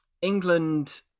england